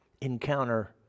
encounter